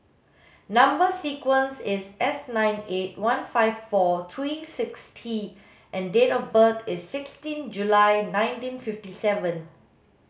number sequence is S nine eight one five four three six T and date of birth is sixteen July nineteen fifty seven